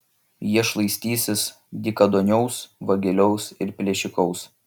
jie šlaistysis dykaduoniaus vagiliaus ir plėšikaus